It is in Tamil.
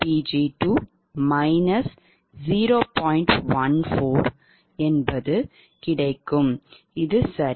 14 சரி